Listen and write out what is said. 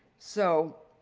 so.